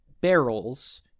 barrels